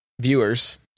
viewers